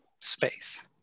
space